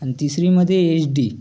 आणि तिसरीमध्ये एचडी